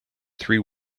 three